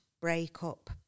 breakup